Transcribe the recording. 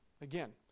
again